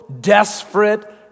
desperate